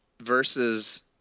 versus